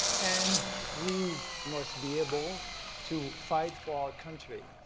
and we must be able to fight for our country.